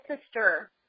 sister